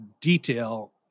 detail